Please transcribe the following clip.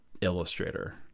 illustrator